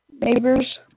Neighbors